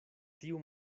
tiu